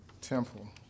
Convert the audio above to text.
temple